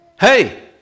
Hey